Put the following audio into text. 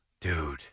Dude